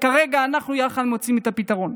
וכרגע אנחנו יחד מוצאים את הפתרון.